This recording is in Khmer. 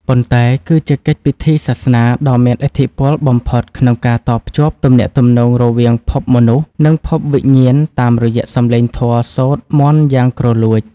ប៉ុន្តែគឺជាកិច្ចពិធីសាសនាដ៏មានឥទ្ធិពលបំផុតក្នុងការតភ្ជាប់ទំនាក់ទំនងរវាងភពមនុស្ស និងភពវិញ្ញាណតាមរយៈសម្លេងធម៌សូត្រមន្តយ៉ាងគ្រលួច។